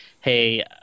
hey